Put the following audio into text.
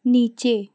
नीचे